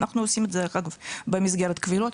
אנחנו עושים את זה דרך אגב במסגרת קבילות.